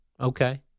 Okay